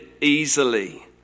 easily